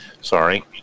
sorry